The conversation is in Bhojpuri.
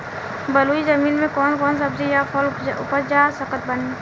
बलुई जमीन मे कौन कौन सब्जी या फल उपजा सकत बानी?